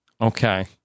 Okay